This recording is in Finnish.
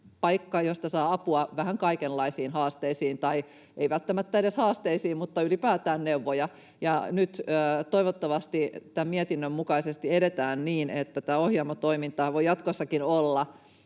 paikka, josta saa apua vähän kaikenlaisiin haasteisiin, tai ei välttämättä edes haasteisiin, mutta ylipäätään neuvoja, ja nyt toivottavasti tämän mietinnön mukaisesti edetään niin, että tämä Ohjaamo-toiminta voi jatkossakin olla